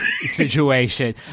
situation